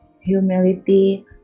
Humility